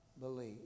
believe